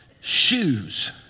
shoes